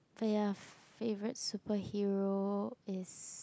so ya favourite superhero is